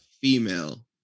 female